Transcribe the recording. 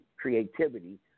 creativity